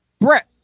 Brett